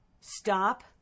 stop